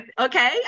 Okay